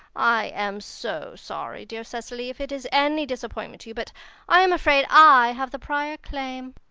i am so sorry, dear cecily, if it is any disappointment to you, but i am afraid i have the prior claim.